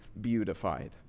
beautified